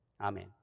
Amen